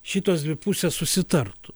šitos dvi pusės susitartų